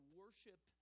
worship